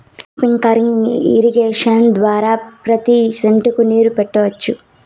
sprinkler irrigation ద్వారా ప్రతి సెట్టుకు నీరు పెట్టొచ్చు